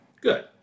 good